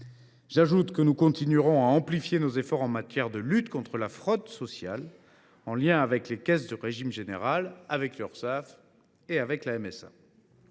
pilier – que nous continuerons à amplifier nos efforts en matière de lutte contre la fraude sociale, en lien avec les caisses du régime général, l’Urssaf et la